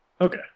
Okay